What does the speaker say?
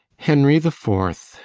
henry the fourth,